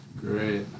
Great